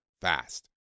fast